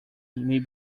may